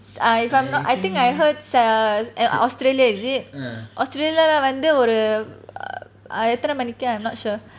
I if I'm not I think I heard s~ i~ australia is it australia வந்து ஒரு:vanthu oru எத்தின மணிக்கு:ethina maniku I'm not sure